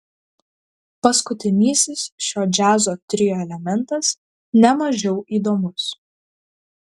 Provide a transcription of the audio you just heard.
paskutinysis šio džiazo trio elementas ne mažiau įdomus